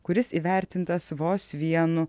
kuris įvertintas vos vienu